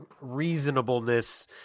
reasonableness